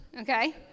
okay